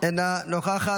אינה נוכחת.